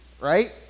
right